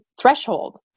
threshold